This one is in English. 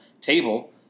table